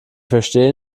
verstehe